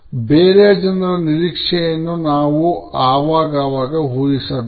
ಬೇರೆ ಜನರ ನೀರಿಕ್ಷೆಯನ್ನು ನಾವು ಆಗಾಗ ಊಹಿಸಬೇಕು